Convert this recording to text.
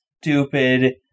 stupid